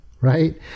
right